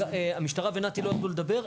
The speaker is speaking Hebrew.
המשטרה ונת"י לא יכלו לדבר,